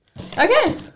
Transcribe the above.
Okay